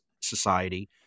society